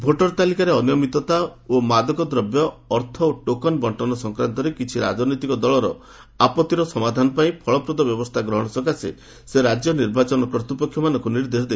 voter ତାଲିକାରେ ଅନିୟମିତତା ଓ ମାଦ୍ରକଦ୍ରବ୍ୟ ଅର୍ଥ ଓ ଟୋକନ ବଣ୍ଟନ ସଂକ୍ରାନ୍ତରେ କିଛି ରାଜନୈତିକ ଦଳର ଆପଭିର ସମାଧାନ ପାଇଁ ଫଳପ୍ରଦ ବ୍ୟବସ୍ଥା ଗ୍ରହଣ ସକାଶେ ସେ ରାଜ୍ୟ ନିର୍ବାଚନ କର୍ତ୍ତୃପକ୍ଷମାନଙ୍କୁ ନିର୍ଦ୍ଦେଶ ଦେଇଛନ୍ତି